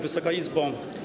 Wysoka Izbo!